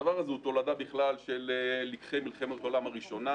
הדבר הזה הוא תולדה של לקחי מלחמת העולם הראשונה,